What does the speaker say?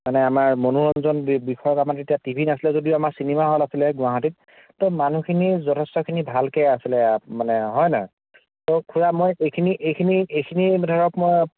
মানে আমাৰ মনোৰঞ্জন বি বিষয়ত আপুনি এতিয়া টিভি নাছিলেও আমাৰ চিনেমা হল আছিলে গুৱাহাটীত ত' মানুহখিনি যথেষ্টখিনি ভালকৈ আছিলে মানে হয় নহয় ত' খুড়া মই এইখিনি এইখিনি এইখিনি ধৰক মই